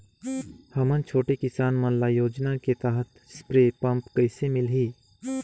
हमन छोटे किसान मन ल योजना के तहत स्प्रे पम्प कइसे मिलही?